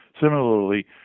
Similarly